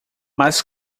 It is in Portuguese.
mas